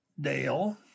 Dale